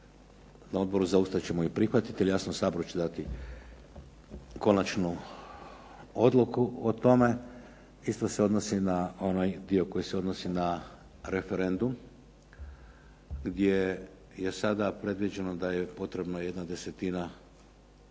Na odboru za Ustav ćemo ih prihvatiti, ali jasno Sabor će dati konačnu odluku o tome. Isto se odnosi na onaj dio koji se odnosi na referendum gdje je sada predviđeno da je potrebno 1/10 birača